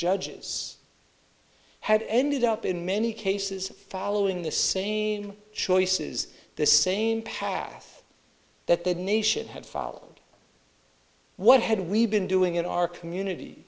judges had ended up in many cases following the same choices the same path that the nation had fallen what had we been doing in our community